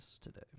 today